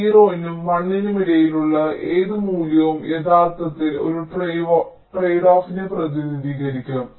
0 നും 1 നും ഇടയിലുള്ള ഏത് മൂല്യവും യഥാർത്ഥത്തിൽ ഒരു ട്രേഡ്ഓഫിനെ പ്രതിനിധീകരിക്കും